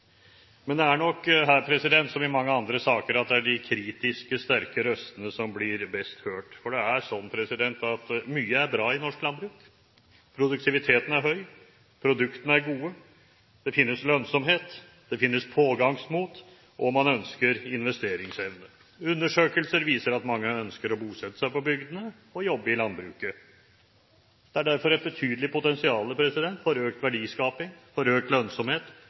Men det er nok her som i mange andre saker at det er de kritiske, sterke røstene som blir best hørt, for det er slik at mye er bra i norsk landbruk. Produktiviteten er høy, produktene er gode, det finnes lønnsomhet, det finnes pågangsmot, og man ønsker investeringsevne. Undersøkelser viser at mange ønsker å bosette seg på bygdene og jobbe i landbruket. Det er derfor et betydelig potensial for økt verdiskaping, for økt lønnsomhet